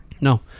no